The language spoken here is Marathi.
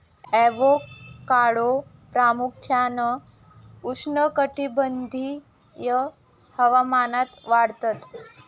ॲवोकाडो प्रामुख्यान उष्णकटिबंधीय हवामानात वाढतत